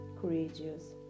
courageous